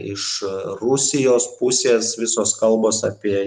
iš rusijos pusės visos kalbos apie